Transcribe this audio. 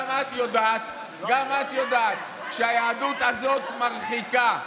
גם את יודעת שהיהדות הזאת מרחיקה.